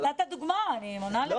נתת דוגמה, אני עונה לך.